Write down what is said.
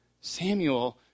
Samuel